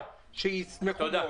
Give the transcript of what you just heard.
שישמחו.